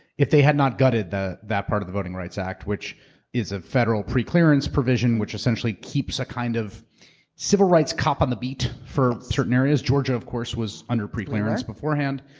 if they had not gutted that part of the voting rights act, which is a federal pre clearance provision, which essentially keeps a kind of civil rights cop on the beat for certain areas. georgia, of course, was under pre clearance beforehand.